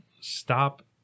stop